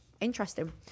interesting